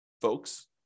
folks